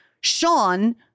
Sean